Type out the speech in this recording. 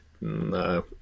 No